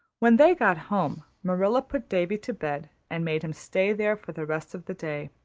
when they got home marilla put davy to bed and made him stay there for the rest of the day.